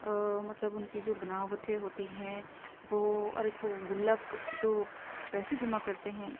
مطلب ان کی جو بناوٹیں ہوتی ہیں وہ اور ایک وہ گلک جو پیسے جمع کرتے ہیں